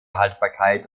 haltbarkeit